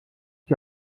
die